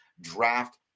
draft